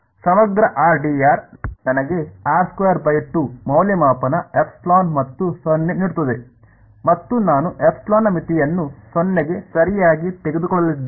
ಸಮಗ್ರ ನನಗೆ ಮೌಲ್ಯಮಾಪನ ε ಮತ್ತು 0 ನೀಡುತ್ತದೆ ಮತ್ತು ನಾನು ε ನ ಮಿತಿಯನ್ನು 0 ಗೆ ಸರಿಯಾಗಿ ತೆಗೆದುಕೊಳ್ಳಲಿದ್ದೇನೆ